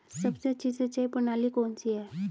सबसे अच्छी सिंचाई प्रणाली कौन सी है?